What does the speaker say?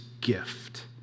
gift